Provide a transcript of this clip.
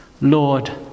Lord